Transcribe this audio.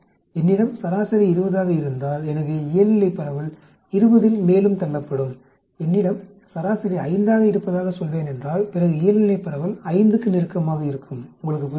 என்னிடம் சராசரி 20 ஆக இருந்தால் எனவே இயல்நிலைப் பரவல் 20 இல் மேலும் தள்ளப்படும் என்னிடம் சராசரி 5 ஆக இருப்பதாக சொல்வேனென்றால் பிறகு இயல்நிலைப் பரவல் 5 க்கு நெருக்கமாக இருக்கும் உங்களுக்கு புரிகிறதா